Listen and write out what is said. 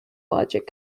logic